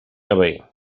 away